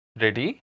Ready